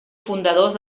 fundadors